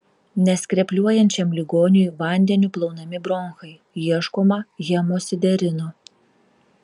neskrepliuojančiam ligoniui vandeniu plaunami bronchai ieškoma hemosiderino